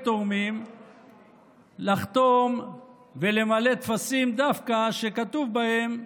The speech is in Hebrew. תורמים לחתום ולמלא טפסים דווקא שכתוב בהם: